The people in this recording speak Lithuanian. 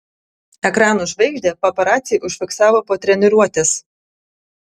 ekranų žvaigždę paparaciai užfiksavo po treniruotės